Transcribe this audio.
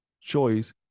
choice